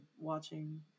watching